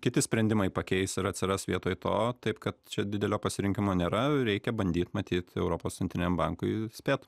kiti sprendimai pakeis ir atsiras vietoj to taip kad čia didelio pasirinkimo nėra reikia bandyt matyt europos centriniam bankui spėt